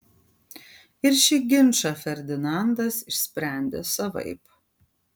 ir šį ginčą ferdinandas išsprendė savaip